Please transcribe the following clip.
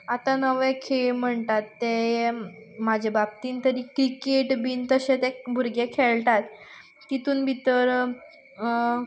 आतां नवे खेळ म्हणटात ते म्हाजे बाबतींत तरी क्रिकेट बीन तशे ते भुरगे खेळटात तितून भितर